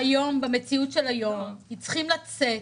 במציאות של היום צריכים לצאת.